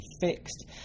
fixed